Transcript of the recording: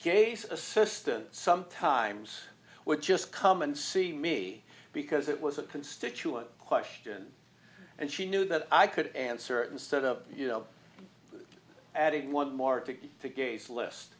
gays assistant sometimes would just come and see me because it was a constituent question and she knew that i could answer it instead of you know adding one more to gaze list